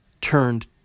turned